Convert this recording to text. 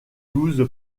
douze